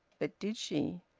but did she?